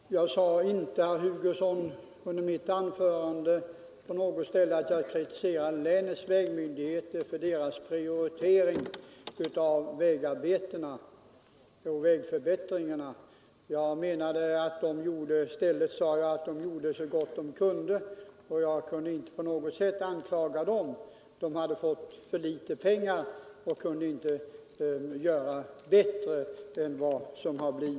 Herr talman! Jag sade inte, herr Hugosson, på något ställe i mitt anförande att jag kritiserade länets vägmyndigheter för deras prioritering av vägarbetena och vägförbättringarna. Jag sade att de gjorde så gott de kunde, och att jag inte på något sätt kunde anklaga dem. De hade fått för litet pengar och kunde inte göra mer än vad som skett.